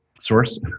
Source